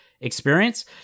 experience